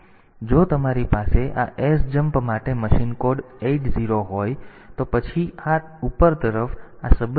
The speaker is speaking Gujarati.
તેથી જો તમારી પાસે આ sjmp માટે મશીન કોડ 80 હોય તો પછી આ ઉપર તરફ આ સંબંધિત સરનામું માઈનસ 2 હોઈ શકે છે